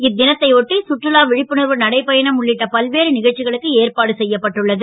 இத் னத்தை ஒட்டி சுற்றுலா வி ப்புணர்வு நடைபயணம் உள்ளிட்ட பல்வேறு க ச்சிகளுக்கு ஏற்பாடு செ யப்பட்டுள்ளது